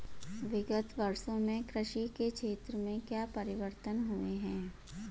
विगत वर्षों में कृषि के क्षेत्र में क्या परिवर्तन हुए हैं?